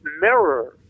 mirror